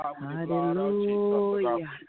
hallelujah